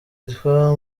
yitwa